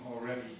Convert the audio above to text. already